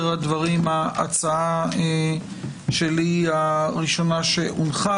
הדברים ההצעה שלי היא הראשונה שהונחה,